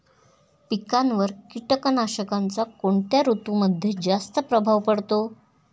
पिकांवर कीटकनाशकांचा कोणत्या ऋतूमध्ये जास्त प्रभाव पडतो?